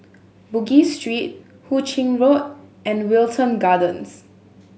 Bugis Street Hu Ching Road and Wilton Gardens